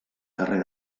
carrer